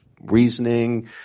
reasoning